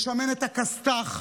לשמן את הבייס, לשמן את הכסת"ח,